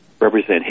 represent